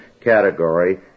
category